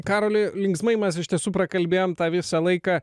karoli linksmai mes iš tiesų prakalbėjom visą laiką